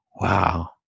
wow